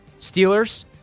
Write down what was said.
Steelers